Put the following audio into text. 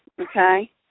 okay